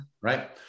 Right